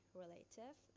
relative